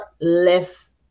less